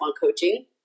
coaching